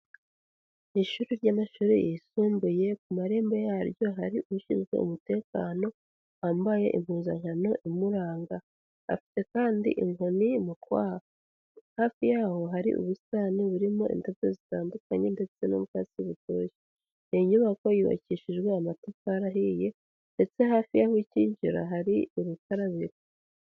Ishuri ry'amashuri yisumbuye ku marembo yaryo hari ushinzwe umutekano, wambaye impuzankano imuranga, afite kandi inkoni mu kwaha, hafi yaho hari ubusitani burimo indabyo zitandukanye ndetse n'ubwatsi butoshye, iyi nyubako yubakishijwe amatafari ahiye ndetse hafi yaho ukinjira hari urukarabiro.